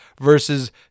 versus